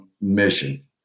mission